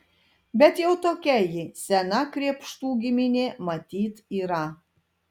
bet jau tokia ji sena krėpštų giminė matyt yra